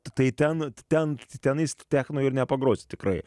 tai ten ati ten techno ir nepagrosi tikrai